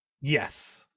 yes